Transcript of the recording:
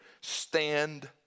stand